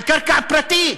על קרקע פרטית.